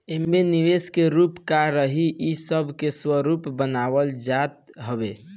एमे निवेश के रूप का रही इ सब के स्वरूप बनावल जात हवे